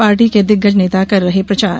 party के दिग्गज नेता कर रहे प्रचार